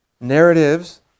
narratives